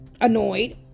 annoyed